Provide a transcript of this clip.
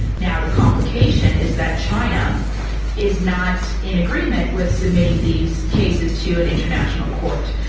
now, the complication is that china is not in agreement with submitting these cases to an international court.